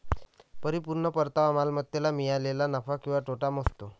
परिपूर्ण परतावा मालमत्तेला मिळालेला नफा किंवा तोटा मोजतो